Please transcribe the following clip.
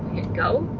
hit go.